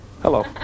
Hello